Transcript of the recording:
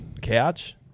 couch